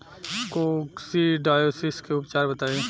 Coccidiosis के उपचार बताई?